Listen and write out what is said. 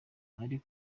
ari